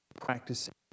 practicing